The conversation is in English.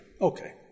Okay